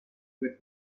with